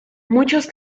muchos